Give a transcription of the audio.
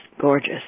gorgeous